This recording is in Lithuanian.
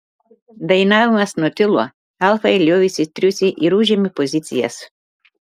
dainavimas nutilo elfai liovėsi triūsę ir užėmė pozicijas